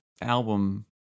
album